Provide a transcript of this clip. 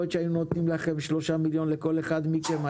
יכול להיות שאם היינו נותנים 3 מיליון לכל אחד מכם,